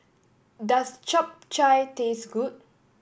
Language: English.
does Chap Chai taste good